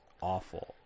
awful